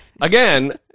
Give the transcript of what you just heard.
Again